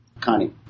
Connie